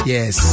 Yes